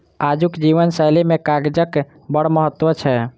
आजुक जीवन शैली मे कागजक बड़ महत्व छै